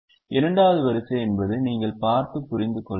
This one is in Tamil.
இரண்டாவது வரிசை என்பதை நீங்கள் பார்த்து புரிந்து கொள்வீர்கள்